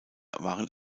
waren